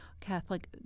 Catholic